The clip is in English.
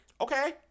Okay